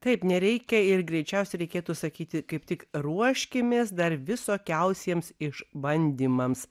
taip nereikia ir greičiausiai reikėtų sakyti kaip tik ruoškimės dar visokiausiems išbandymams